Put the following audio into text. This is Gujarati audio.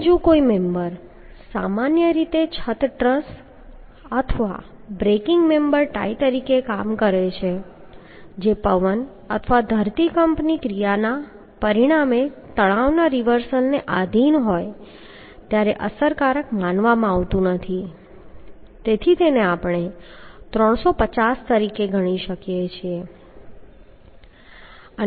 અને જો કોઈ મેમ્બર સામાન્ય રીતે છત ટ્રસ અથવા બ્રેકિંગ મેમ્બરમાં ટાઈ તરીકે કામ કરે છે જે પવન અથવા ધરતીકંપની ક્રિયાના પરિણામે તણાવના રિવર્સલને આધિન હોય ત્યારે તે અસરકારક માનવામાં આવતું નથી તેને આપણે 350 તરીકે ગણી શકીએ